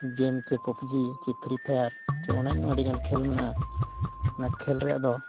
ᱜᱮᱢ ᱪᱮ ᱯᱟᱵᱽᱡᱤ ᱪᱮ free fire ᱪᱮ ᱟᱹᱰᱤᱜᱟᱱ ᱠᱷᱮᱞ ᱢᱮᱱᱟᱜᱼᱟ ᱚᱱᱟ ᱠᱷᱮᱞ ᱨᱮᱭᱟᱜ ᱫᱚ